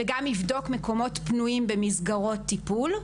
וגם יבדוק מקומות פנויים במסגרות טיפול,